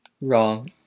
Wrong